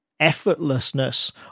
effortlessness